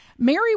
Mary